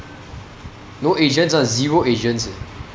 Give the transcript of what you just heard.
no asians [one] zero asians eh